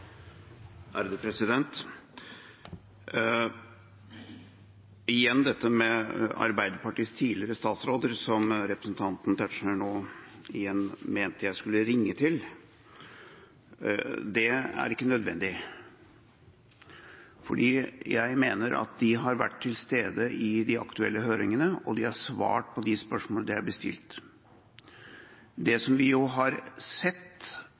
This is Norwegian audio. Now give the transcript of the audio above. Igjen dette med Arbeiderpartiets tidligere statsråder, som representanten Tetzschner nå igjen mente jeg skulle ringe til. Det er ikke nødvendig, fordi de har vært til stede i de aktuelle høringene, og de har svart på de spørsmålene som er bestilt. Det vi har sett